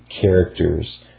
characters